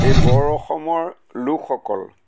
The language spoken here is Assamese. এই বৰ অসমৰ লোকসকল